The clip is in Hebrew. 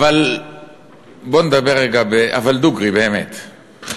אבל בוא ונדבר רגע דוגרי, באמת.